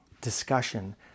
discussion